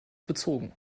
bezogen